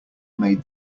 made